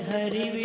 Hari